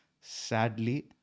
sadly